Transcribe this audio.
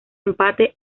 empate